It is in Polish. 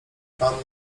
pan